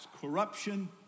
corruption